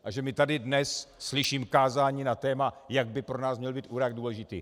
A že my tady dnes slyším kázání na téma, jak by pro nás měl být Irák důležitý.